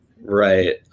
Right